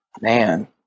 Man